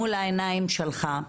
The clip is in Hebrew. מול העיניים שלך",